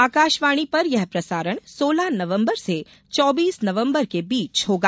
आकाशवाणी पर यह प्रसारण सोलह नवम्बर से चौबीस नवंबर के बीच होगा